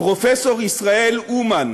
פרופסור ישראל אומן?